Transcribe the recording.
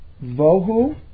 Vohu